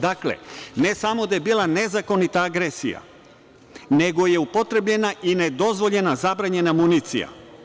Dakle, ne samo da je bila nezakonita agresija, nego je upotrebljena i nedozvoljena zabranjena municija.